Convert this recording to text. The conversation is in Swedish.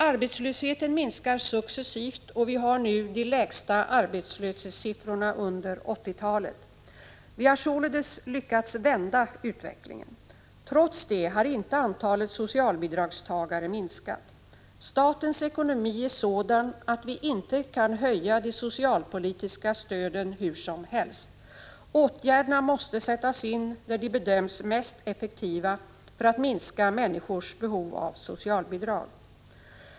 Arbetslösheten minskar successivt, och vi har nu de lägsta arbetslöshetssiffrorna under 1980-talet. Vi har således lyckats vända utvecklingen. Trots det har inte antalet socialbidragstagare minskat. Statens ekonomi är sådan, att vi inte kan höja de socialpolitiska stöden hur som helst. Åtgärderna måste sättas in där de bedöms mest effektiva för att minska människors behov av socialbidrag.